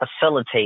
facilitate